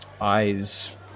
eyes